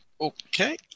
Okay